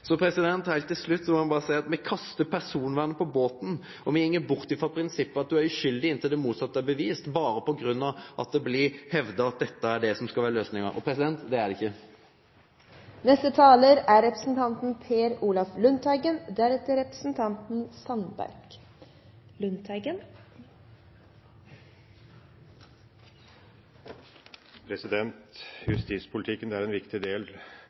Heilt til slutt må eg berre seie at me kastar personvernet på båten og går bort frå prinsippet om at du er uskuldig inntil det motsette er bevist, berre på grunn av at det blir hevda at dette er det som skal vere løysinga. Og det er det ikkje. Justispolitikken er